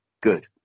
good